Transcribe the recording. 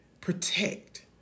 protect